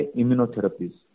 immunotherapies